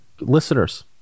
listeners